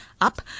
up